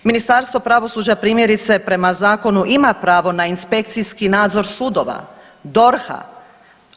Ministarstvo pravosuđa primjerice prema zakonu ima pravo na inspekcijski nadzor sudova, DORH-a.